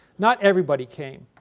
not everybody came.